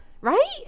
right